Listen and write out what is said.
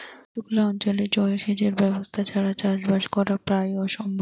সুক্লা অঞ্চলে জল সেচের ব্যবস্থা ছাড়া চাষবাস করা প্রায় অসম্ভব